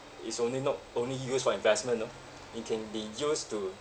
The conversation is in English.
it's only not only used for investment ah it can be used to